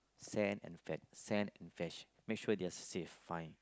send and fetch send and fetch make sure they are safe fine